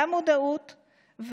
גם מודעות.